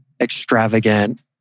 extravagant